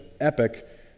epic